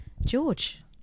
George